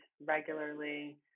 regularly